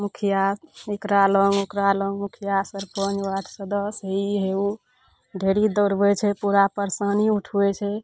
मुखिआ एकरा लग ओकरा लग मुखिआ सरपञ्च वार्ड सदस्य है ई हे उ ढेरी दौड़बय छै पूरा परेशानी उठबय छै